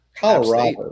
Colorado